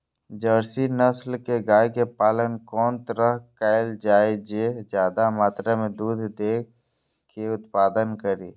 Jersey नस्ल के गाय के पालन कोन तरह कायल जाय जे ज्यादा मात्रा में दूध के उत्पादन करी?